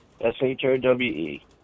S-H-O-W-E